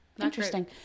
interesting